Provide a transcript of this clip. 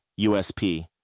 USP